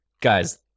Guys